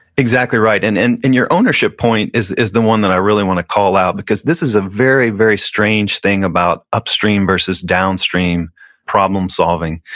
exactly right. and and and your ownership point is is the one that i really wanna call out because this is a very, very strange thing about upstream versus downstream problem-solving.